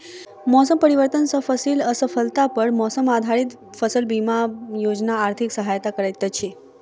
मौसम परिवर्तन सॅ फसिल असफलता पर मौसम आधारित फसल बीमा योजना आर्थिक सहायता करैत अछि